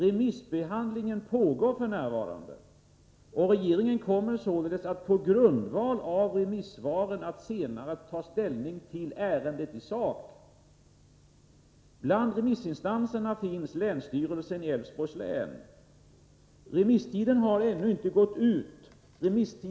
Remissbehandlingen pågår f.n. Regeringen kommer således att på grundval av remissvaren senare ta Bland remissinstanserna finns länsstyrelsen i Älvsborgs län. Remisstiden — tlvaror från Turkihar ännu inte gått ut.